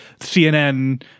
CNN